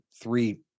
three